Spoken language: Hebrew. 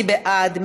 מי בעד?